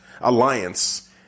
Alliance